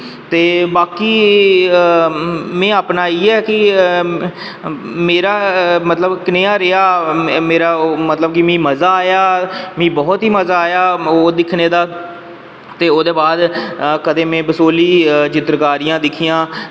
ते बाकी में अपना इयै की मेरा मतलब कनेहा रेहा मतलब कि मिगी मज़ा आया मिगी बहुत ई मज़ा आया ओह् दिक्खने दा ते ओह्दे बाद में बसोहली चित्रकारियां दिक्खियां